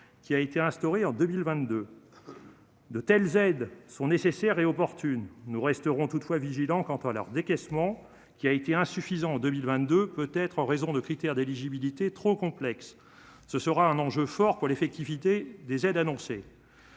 qui a été instaurée en 2022 de telles aides sont nécessaires et opportunes, nous resterons toutefois vigilants quant à leurs décaissements qui a été insuffisant en 2022, peut-être en raison de critères d'éligibilité trop complexe, ce sera un enjeu fort pour l'effectivité des aides annoncées.